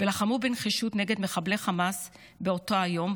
לחמו בנחישות נגד מחבלי חמאס באותו היום,